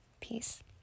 Peace